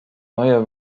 neue